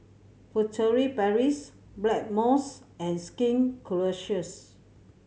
Furtere Paris Blackmores and Skin Ceuticals